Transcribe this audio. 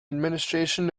administration